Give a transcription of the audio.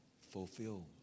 fulfill